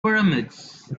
pyramids